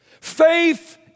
faith